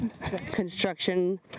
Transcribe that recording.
construction